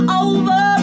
over